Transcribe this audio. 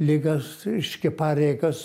lygias reiškia pareigas